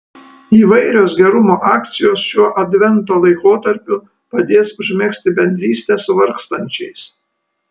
įvairios gerumo akcijos šiuo advento laikotarpiu padės užmegzti bendrystę su vargstančiais